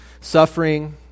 suffering